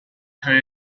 hear